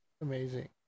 Amazing